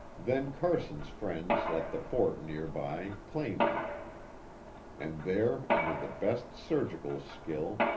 then carson's friends at the fort near by claimed him and there under the best surgical skill,